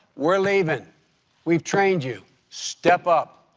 we're leaving we've trained you step up.